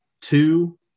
two